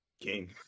king